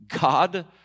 God